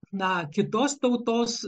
na kitos tautos